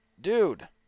dude